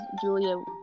Julia